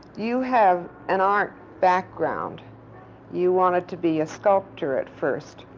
you have an art background you wanted to be a sculptor at first.